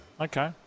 Okay